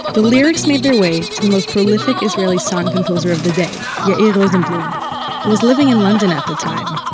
ah lyrics made their way to the most prolific israeli song composer of the day yair yeah rosenblum ah who was living in london at the time.